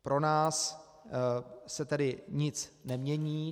Pro nás se tedy nic nemění.